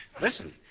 Listen